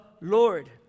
Lord